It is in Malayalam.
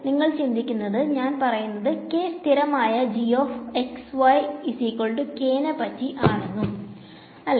നിങ്ങൾ ചിന്തിക്കുന്നത് നജ്ൻ പറയുന്നത് k സ്ഥിരമായ നെ പറ്റി ആണെന്നും ആണ് അല്ലെ